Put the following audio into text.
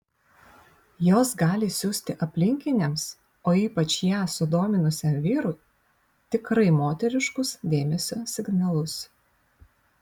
jos gali siųsti aplinkiniams o ypač ją sudominusiam vyrui tikrai moteriškus dėmesio signalus